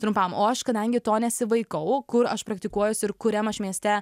trumpam o aš kadangi to nesivaikau kur aš praktikuojuosi ir kuriam aš mieste